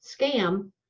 scam